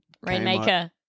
Rainmaker